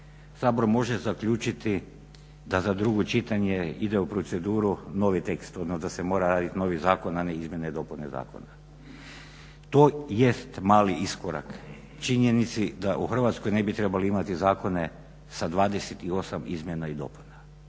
Sabor može zaključiti da za drugo čitanje ide u proceduru novi tekst, da se mora radit novi zakon a ne izmjene i dopune zakona. To jest mali iskorak činjenici da u Hrvatskoj ne bi trebali imati zakone sa 28 izmjena i dopuna.